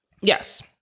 Yes